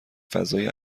فضای